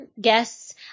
guests